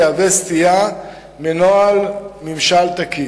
תהווה סטייה מנוהל ממשל תקין.